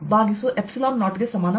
ಈ ಪ್ರಮಾಣ2ಏನು ಎಂದು ನೋಡೋಣ